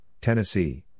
Tennessee